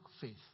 faith